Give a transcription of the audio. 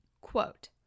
Quote